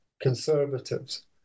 conservatives